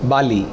Bali